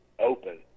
open